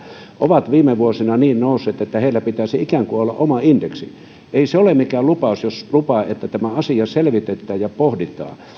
ovat viime vuosina niin nousseet että pitäisi ikään kuin olla oma indeksi ei se ole mikään lupaus jos lupaa että tämä asia selvitetään ja tätä pohditaan